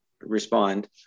respond